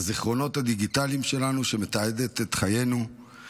הזיכרונות הדיגיטליים שלנו שמתעדים את חיינו,